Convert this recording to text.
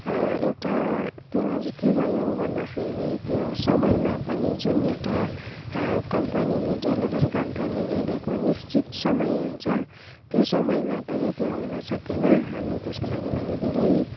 एउटा त्यसलाई चाहिँ के भयो भन्दा फेरि त्यो समयमा पनि जुन एउटा कम्पनीले डेलिभरी कम्पनीले दिएको निश्चित समय हुन्छ त्यो समयमा पनि त्यो हुन सकेन अनि त्यसको लागि मैले धेरै